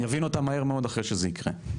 יבין אותה מהר מאוד אחרי שזה יקרה.